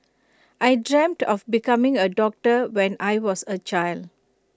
I dreamt of becoming A doctor when I was A child